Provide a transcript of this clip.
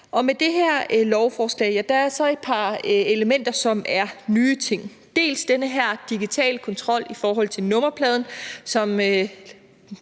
Med det her lovforslag er der så et par elementer, som er nye ting. Der er den her digitale kontrol af nummerpladen, som